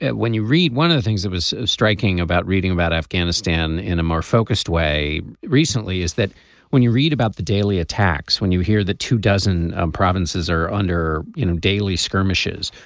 and when you read one of the things that was striking about reading about afghanistan in a more focused way recently is that when you read about the daily attacks when you hear the two dozen provinces are under you know daily skirmishes.